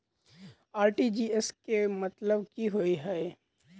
RTGS केँ मतलब की होइ हय?